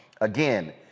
Again